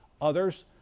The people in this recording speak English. Others